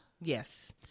yes